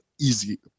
easy